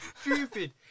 stupid